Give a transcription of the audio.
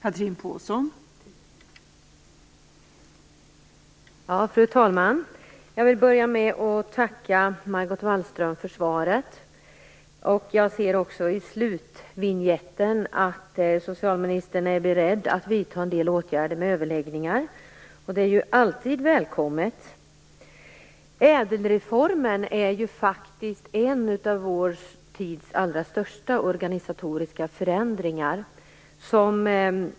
Fru talman! Jag vill börja med att tacka Margot Wallström för svaret. Jag ser i slutet att socialministern är beredd att vidta en del åtgärder med överläggningar. Det är alltid välkommet. Ädelreformen är en av vår tids allra största organisatoriska förändringar.